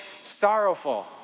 sorrowful